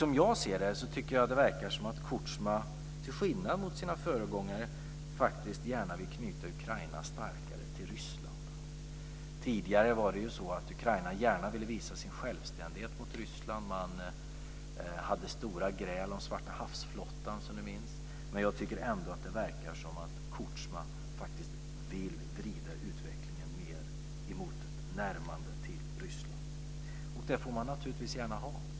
Som jag ser det tycker jag att det verkar som att Kutjma till skillnad från sina företrädare faktiskt gärna vill knyta Ukraina starkare till Ryssland. Tidigare var det ju så att Ukraina gärna ville visa sin självständighet gentemot Ryssland. Man hade stora gräl om Svartahavsflottan, som ni minns. Men jag tycker att det verkar som att Kutjma faktiskt vill vrida utvecklingen mer mot ett närmande till Ryssland. Det får han naturligtvis gärna göra.